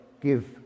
give